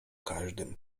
każdym